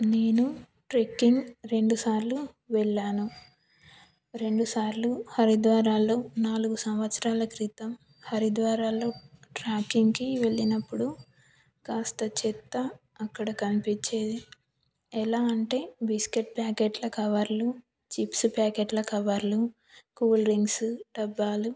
నేను ట్రెక్కింగ్ రెండు సార్లు వెళ్ళాను రెండు సార్లు హరిద్వార్లో నాలుగు సంవత్సరాల క్రితం హరిద్వార్లో ట్రెక్కింగ్కి వెళ్ళినప్పుడు కాస్త చెత్త అక్కడ కనిపించేది ఎలా అంటే బిస్కెట్ ప్యాకెట్ల కవర్లు చిప్స్ ప్యాకెట్ల కవర్లు కూల్ డ్రింక్స్ డబ్బాలు